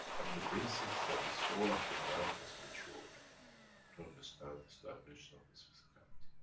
but and the basis that the soul of the man has matured to understand this dimension of his physicality.